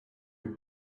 your